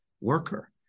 worker